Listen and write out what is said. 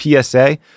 PSA